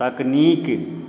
तकनीक